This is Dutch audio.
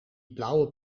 blauwe